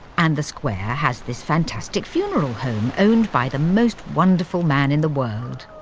and the square has this fantastic funeral home, owned by the most wonderful man in the world!